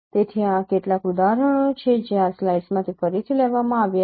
તેથી આ કેટલાક ઉદાહરણો છે જે આ સ્લાઇડ્સમાંથી ફરીથી લેવામાં આવ્યા છે